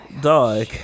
dog